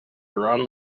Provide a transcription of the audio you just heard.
around